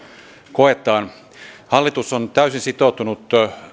koetaan hallitus on täysin sitoutunut